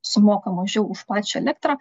sumoka mažiau už pačią elektrą